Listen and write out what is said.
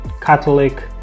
Catholic